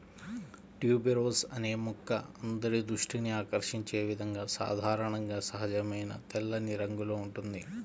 tuberose అనే మొక్క అందరి దృష్టిని ఆకర్షించే విధంగా సాధారణంగా సహజమైన తెల్లని రంగులో ఉంటుంది